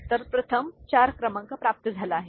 तर प्रथम 4 क्रमांक प्राप्त झाला आहे